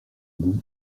goût